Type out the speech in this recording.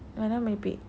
why now merepek